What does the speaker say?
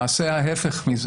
להפך,